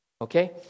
Okay